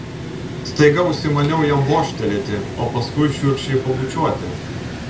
staiga užsimanau jam vožtelėti o paskui šiurkščiai pabučiuoti